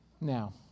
Now